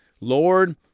Lord